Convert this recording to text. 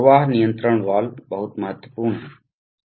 प्रवाह नियंत्रण वाल्व बहुत महत्वपूर्ण हैं